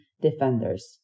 defenders